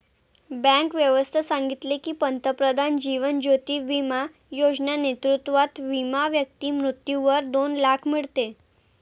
bank व्यवस्था सांगितले की, पंतप्रधान जीवन ज्योती बिमा योजना नेतृत्वात विमा व्यक्ती मृत्यूवर दोन लाख मीडते